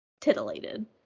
titillated